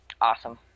awesome